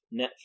Netflix